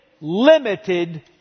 limited